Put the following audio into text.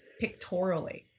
pictorially